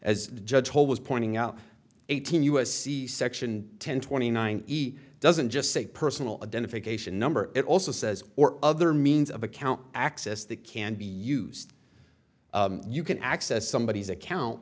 as judge hole was pointing out eighteen u s c section ten twenty nine doesn't just say personal identification number it also says or other means of account access the can be used you can access somebodies account